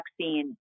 vaccine